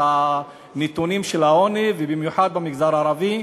את הנתונים של העוני במיוחד במגזר הערבי,